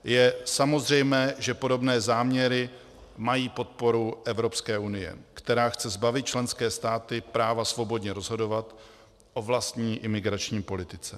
Je samozřejmé, že podobné záměry mají podporu Evropské unie, která chce zbavit členské státy práva svobodně rozhodovat o vlastní imigrační politice.